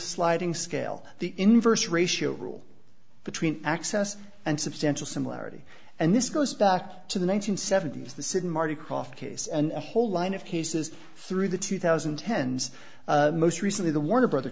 sliding scale the inverse ratio rule between access and substantial similarity and this goes back to the one nine hundred seventy s the city marty croft case and a whole line of cases through the two thousand tens most recently the warner brothers